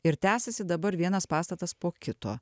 ir tęsiasi dabar vienas pastatas po kito